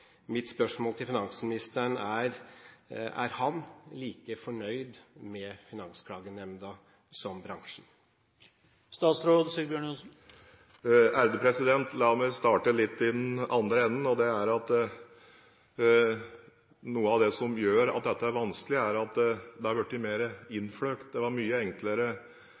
Mitt spørsmål til finansministeren er: Er han like fornøyd med Finansklagenemnda som bransjen? La meg starte litt i den andre enden. Noe av det som gjør at dette er vanskelig, er at det har blitt mer innfløkt. Det var mye enklere